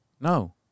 No